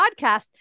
podcast